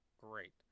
great